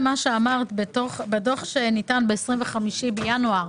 בדוח ה-ממ"מ שהועבר ב-25 בינואר